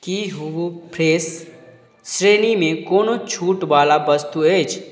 की हूवु फ्रेश श्रेणीमे कोनो छूट वला वस्तु अछि